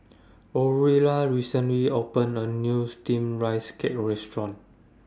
Aurilla recently opened A New Steamed Rice Cake Restaurant